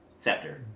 Scepter